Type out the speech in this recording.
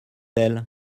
elle